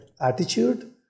attitude